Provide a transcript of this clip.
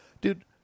dude